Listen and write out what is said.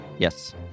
Yes